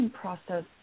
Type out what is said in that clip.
process